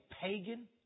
pagan